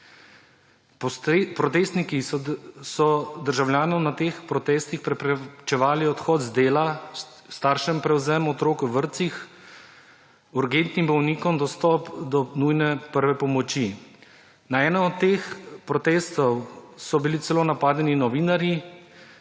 Protestniki so državljanom na teh protestih preprečevali odhod z dela, staršem prevzem otrok v vrtcih, urgentnim bolnikom dostop do nujne prve pomoči. Na enem od teh protestov so bili celo napadeni novinarji